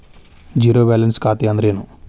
Zero balance ಖಾತೆ ಅಂದ್ರೆ ಏನು?